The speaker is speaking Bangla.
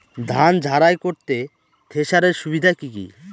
ধান ঝারাই করতে থেসারের সুবিধা কি কি?